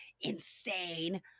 insane